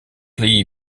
lee